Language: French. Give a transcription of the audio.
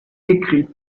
écrits